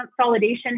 consolidation